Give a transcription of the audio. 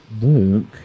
Luke